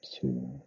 Two